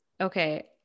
Okay